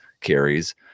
carries